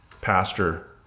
pastor